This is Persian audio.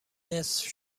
نصف